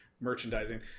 merchandising